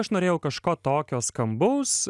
aš norėjau kažko tokio skambaus